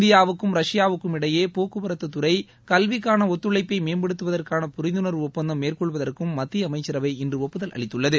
இந்தியாவுக்கும் ரஷ்யாவுக்கும் இடையே போக்குவரத்து துறை கல்விக்காள ஒத்துழைப்பை மேம்படுத்துவதற்காக புரிந்துணர்வு ஒப்பந்தம் மேற்கொள்வதற்கும் மத்திய அமைச்சரவை இன்று ஒப்புதல் அளித்துள்ளது